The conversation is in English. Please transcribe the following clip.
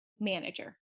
manager